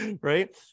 right